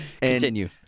Continue